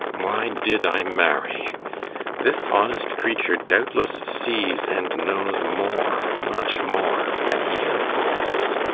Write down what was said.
why did i marry this honest creature doubtless sees and knows more, much more, than he unfolds.